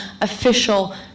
official